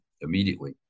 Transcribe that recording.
immediately